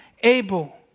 able